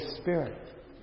Spirit